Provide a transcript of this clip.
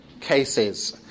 cases